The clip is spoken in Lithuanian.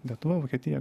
lietuva vokietija